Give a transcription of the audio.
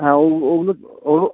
হ্যাঁ ওগুলো ওগুলো